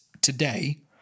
today